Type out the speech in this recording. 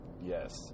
Yes